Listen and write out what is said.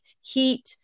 heat